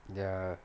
ya